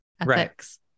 ethics